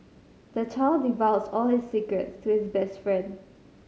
the child divulged all his secrets to his best friend